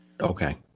okay